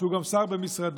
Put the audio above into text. שהוא גם שר במשרדו?